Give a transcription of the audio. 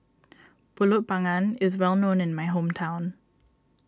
Pulut Panggang is well known in my hometown